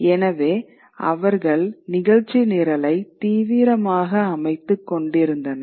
எனவே அவர்கள் நிகழ்ச்சி நிரலை தீவிரமாக அமைத்துக் கொண்டிருந்தனர்